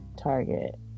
Target